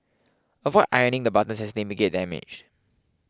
avoid ironing the buttons as they may get damaged